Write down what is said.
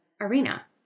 arena